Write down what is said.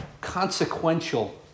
consequential